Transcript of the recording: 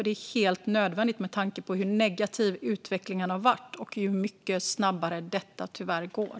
Det är helt nödvändigt med tanke på hur negativ utvecklingen har varit och hur mycket snabbare detta tyvärr går.